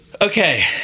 Okay